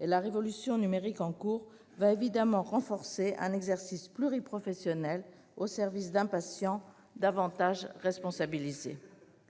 La révolution numérique en cours va évidemment renforcer un exercice pluriprofessionnel au service d'un patient davantage responsabilisé.